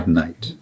night